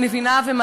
גם בקואליציה וגם